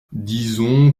disons